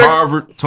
Harvard